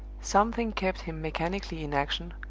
something kept him mechanically in action,